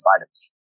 items